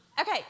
Okay